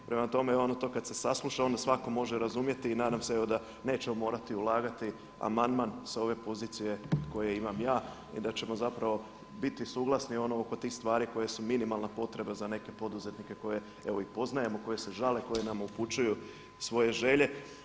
Prema tome onda to kada se sasluša onda svatko može razumjeti i nadam se evo da nećemo morati ulagati amandman sa ove pozicije koje imam ja i da ćemo zapravo biti suglasni oko tih stvari koje su minimalna potreba za neke poduzetnike koje evo i poznajemo, koji se žale, koji nam upućuju svoje želje.